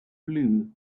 blue